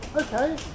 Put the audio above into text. Okay